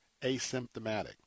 asymptomatic